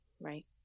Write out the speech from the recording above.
Right